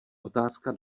otázka